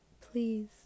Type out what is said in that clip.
please